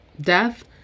Death